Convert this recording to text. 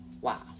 Wow